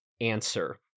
answer